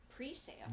pre-sale